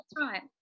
right